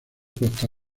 costa